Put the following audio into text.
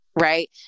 right